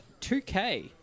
2K